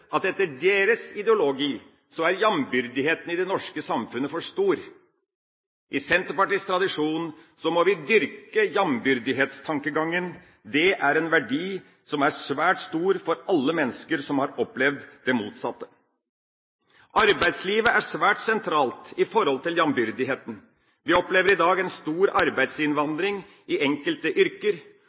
at etter deres ideologi er jambyrdigheten i det norske samfunnet for stor. I Senterpartiets tradisjon må vi dyrke jambyrdighetstankegangen. Det er en verdi som er svært stor for alle mennesker som har opplevd det motsatte. Arbeidslivet er svært sentralt når det gjelder jambyrdigheten. Vi opplever i dag en stor arbeidsinnvandring i enkelte yrker,